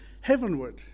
heavenward